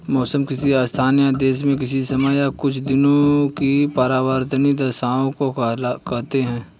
मौसम किसी स्थान या देश में किसी समय या कुछ दिनों की वातावार्नीय दशाओं को कहते हैं